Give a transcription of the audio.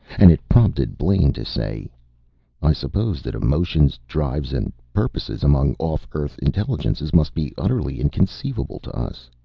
and it prompted blaine to say i suppose that emotions, drives, and purposes among off-earth intelligences must be utterly inconceivable to us.